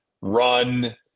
run